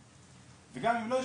אבל גם למקומות שלא,